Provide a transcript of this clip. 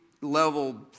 level